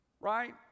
Right